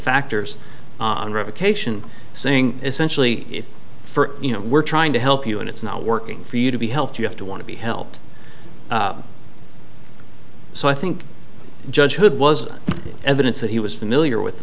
factors on revocation saying essentially if for you know we're trying to help you and it's not working for you to be helped you have to want to be helped so i think judge hood was evidence that he was familiar with the